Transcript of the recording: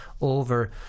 over